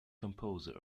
composer